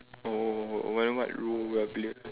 oh oh I don't like